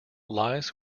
lies